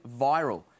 viral